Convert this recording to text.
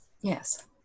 Yes